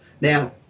Now